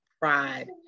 pride